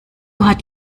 hat